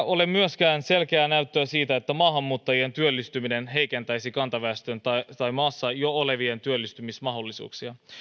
ole myöskään selkeää näyttöä siitä että maahanmuuttajien työllistyminen heikentäisi kantaväestön tai maassa jo olevien työllistymismahdollisuuksia